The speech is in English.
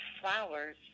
flowers